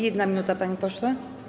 1 minuta, panie pośle.